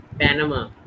Panama